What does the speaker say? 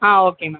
ah okay ma'am